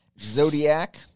Zodiac